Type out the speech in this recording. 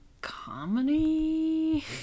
comedy